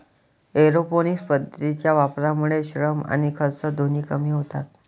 aeroponics पद्धतीच्या वापरामुळे श्रम आणि खर्च दोन्ही कमी होतात